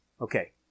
Okay